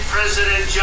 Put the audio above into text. President